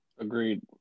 Agreed